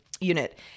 unit